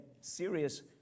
serious